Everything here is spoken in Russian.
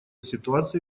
ситуации